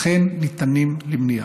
אכן ניתנים למניעה.